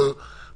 ברור לחלוטין.